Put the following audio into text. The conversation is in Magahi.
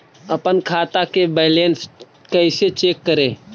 अपन खाता के बैलेंस कैसे चेक करे?